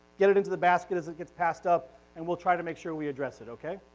get it into the basket as it gets passed up and we'll try to make sure we address it, okay?